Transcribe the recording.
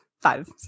five